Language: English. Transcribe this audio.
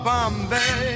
Bombay